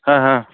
ஆ ஆ